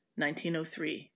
1903